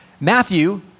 Matthew